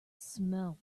smell